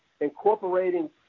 incorporating